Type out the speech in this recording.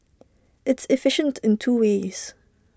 it's efficient in two ways